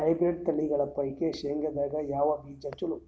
Hybrid ತಳಿಗಳ ಪೈಕಿ ಶೇಂಗದಾಗ ಯಾವ ಬೀಜ ಚಲೋ?